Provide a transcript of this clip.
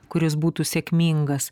kuris būtų sėkmingas